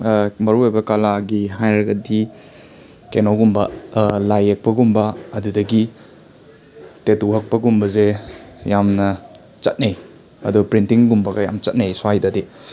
ꯃꯔꯨꯑꯣꯏꯕ ꯀꯂꯥꯒꯤ ꯍꯥꯏꯔꯒꯗꯤ ꯀꯩꯅꯣꯒꯨꯝꯕ ꯂꯥꯏ ꯌꯦꯛꯄꯒꯨꯝꯕ ꯑꯗꯨꯗꯒꯤ ꯇꯦꯇꯨ ꯍꯛꯄꯒꯨꯝꯕꯁꯦ ꯌꯥꯝꯅ ꯆꯠꯅꯩ ꯑꯗꯣ ꯄ꯭ꯔꯤꯟꯇꯤꯡꯒꯨꯝꯕꯒ ꯌꯥꯝ ꯆꯠꯅꯩ ꯁ꯭ꯋꯥꯏꯗꯗꯤ